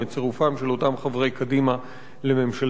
את צירופם של אותם חברי קדימה לממשלתו.